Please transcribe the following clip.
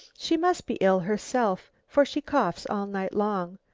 she must be ill herself, for she coughs all night long.